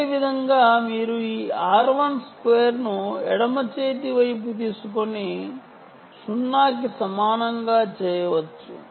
అదేవిధంగా మీరు ఎడమ చేతి వైపు ఈ r12 ను తీసుకొని 0 కి సమానంగా చేయవచ్చు